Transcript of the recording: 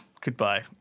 Goodbye